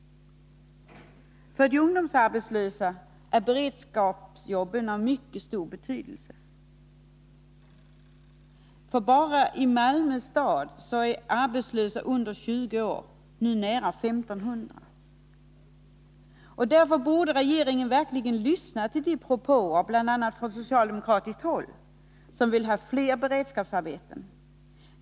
För de ungdomsarbetslösa är beredskapsjobben av mycket stor betydelse. Bara i Malmö stad uppgår antalet arbetslösa under 20 år till närmare 1 500. Därför borde regeringen verkligen lyssna till de propåer — bl.a. från socialdemokratiskt håll — som vill ha fler beredskapsarbeten.